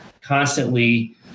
constantly